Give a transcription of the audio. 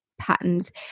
patterns